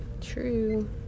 True